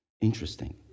Interesting